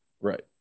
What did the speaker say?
Right